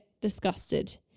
disgusted